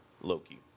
Loki